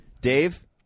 Dave